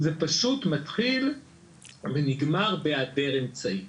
זה פשוט מתחיל ונגמר בהיעדר אמצעים.